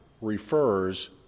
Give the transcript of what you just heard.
refers